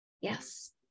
Yes